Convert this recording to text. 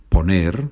Poner